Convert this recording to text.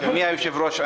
אדוני היושב-ראש,